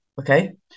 okay